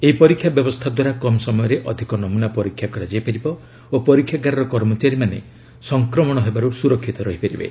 ଏହି ପରୀକ୍ଷା ବ୍ୟବସ୍ଥା ଦ୍ୱାରା କମ୍ ସମୟରେ ଅଧିକ ନମୁନା ପରୀକ୍ଷା କରାଯାଇପାରିବ ଓ ପରୀକ୍ଷାଗାରର କର୍ମଚାରୀମାନେ ସଂକ୍ରମଣ ହେବାରୁ ସୁରକ୍ଷିତ ରହିପାରିବେ